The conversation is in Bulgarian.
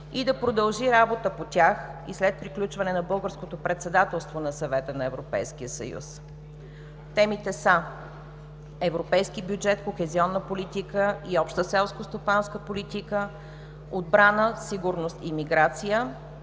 и да продължи работа по тях и след приключване на българското председателство на Съвета на Европейския съюз. Темите са: „Европейски бюджет, кохезионна политика и обща селскостопанска политика”, „Отбрана, сигурност и миграция”,